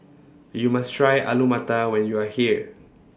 YOU must Try Alu Matar when YOU Are here